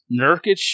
Nurkic